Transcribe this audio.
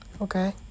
Okay